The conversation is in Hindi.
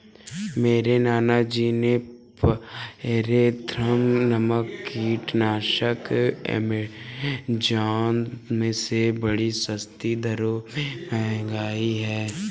मेरे नाना जी ने पायरेथ्रम नामक कीटनाशक एमेजॉन से बड़ी सस्ती दरों पर मंगाई है